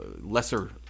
lesser